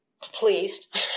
pleased